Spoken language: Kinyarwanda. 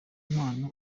impano